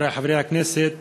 חברי חברי הכנסת,